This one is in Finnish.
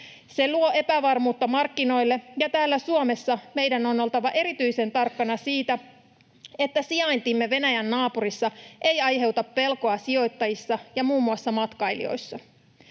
Se luo epävarmuutta markkinoille, ja täällä Suomessa meidän on oltava erityisen tarkkana siitä, että sijaintimme Venäjän naapurissa ei aiheuta pelkoa sijoittajissa ja muun muassa matkailijoissa.